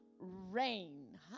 rain